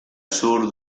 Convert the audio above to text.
sur